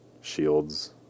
shields